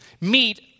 meet